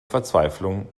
verzweiflung